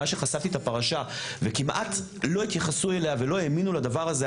מאז שחשפתי את הפרשה וכמעט לא התייחסו אליה ולא האמינו לדבר הזה,